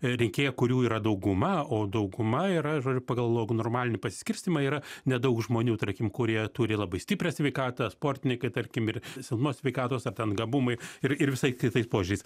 rinkėjai kurių yra dauguma o dauguma yra žodžiu pagal log normalinį pasiskirstymą yra nedaug žmonių tarkim kurie turi labai stiprią sveikatą sportinikai tarkim ir silpnos sveikatos ar ten gabumai ir ir visai kitais požiūriais